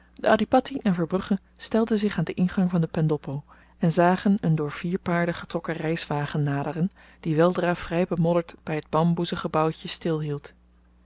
de adhipatti en verbrugge stelden zich aan den ingang van de pendoppo en zagen een door vier paarden getrokken reiswagen naderen die weldra vry bemodderd by t bamboezen gebouwtje